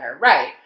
Right